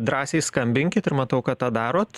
drąsiai skambinkit ir matau ką darot